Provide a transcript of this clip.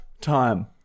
Time